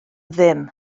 ddim